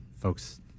folks